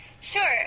Sure